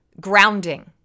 grounding